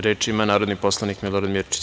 Reč ima narodni poslanik Milorad Mirčić.